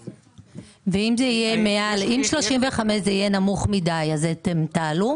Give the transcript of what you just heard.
אם 35 זה יהיה נמוך מדי אז אתם תעלו?